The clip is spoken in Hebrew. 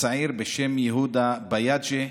צעיר בשם יהודה ביאדגה,